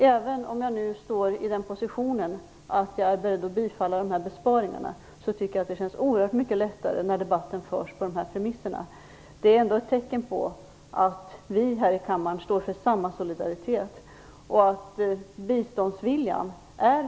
Även om jag nu är beredd att rösta för bifall till de föreslagna besparingarna känns det oerhört mycket lättare när debatten förs på de här premisserna. Det är ändå ett tecken på att vi här i kammaren står för samma solidaritet och att biståndsviljan är stark.